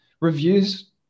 reviews